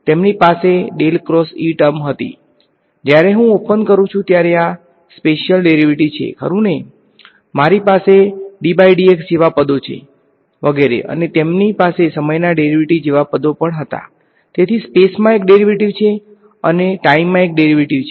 તેમની પાસે ટર્મ હતી જ્યારે હું ઓપન કરુ છું ત્યારે આ સ્પેશીયલ ડેરિવેટિવ છે ખરુને મારી પાસે જેવા પદો છે વગેરે અને તેમની પાસે સમયના ડેરીવેટીવ જેવા પદો પણ હતા તેથી સ્પેસમાં એક ડેરીવેટીવ છે અને સમયમાં એક ડેરીવેટીવ છે